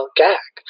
gag